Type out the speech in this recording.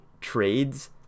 trades